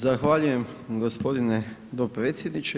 Zahvaljujem gospodine dopredsjedniče.